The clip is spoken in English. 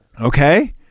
Okay